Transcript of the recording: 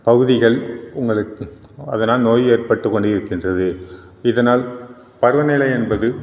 பகுதிகள் உங்களுக் அதனால் நோய் ஏற்பட்டு கொண்டிருக்கின்றது இதனால் பருவநிலை என்பது